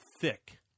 thick